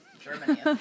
Germany